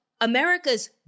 America's